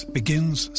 begins